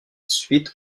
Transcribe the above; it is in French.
suite